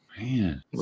Man